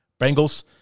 Bengals